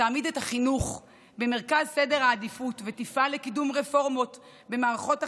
תעמיד את החינוך במרכז העדיפות ותפעל לקידום רפורמות במערכות החינוך,